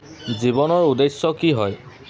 জীৱনৰ উদ্দেশ্য কি হয়